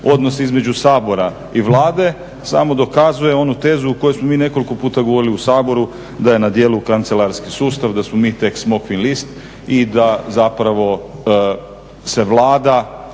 odnos između Sabora i Vlade samo dokazuje onu tezu o kojoj smo mi nekoliko puta govorili u Saboru da je na djelu kancelarski sustav, da smo mi tek smokvin list i da zapravo se Vlada